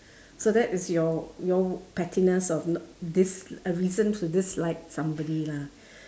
so that is your your pettiness of n~ dis~ a reason to dislike somebody lah